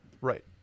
Right